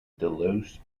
delos